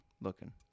looking